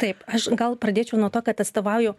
taip aš gal pradėčiau nuo to kad atstovauju